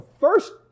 first